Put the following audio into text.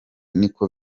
niko